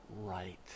right